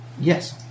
Yes